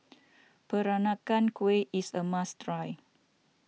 Peranakan Kueh is a must try